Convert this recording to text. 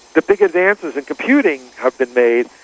the big advances in computing have been made,